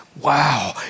Wow